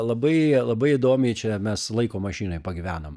labai labai įdomiai čia mes laiko mašinoj pagyvenom